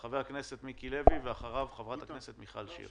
חבר הכנסת שחאדה ואחריו חבר הכנסת מיקי לוי.